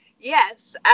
Yes